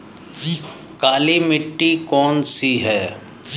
काली मिट्टी कौन सी है?